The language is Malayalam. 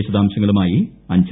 വിശദാംശങ്ങളുമായി അഞ്ജു